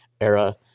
era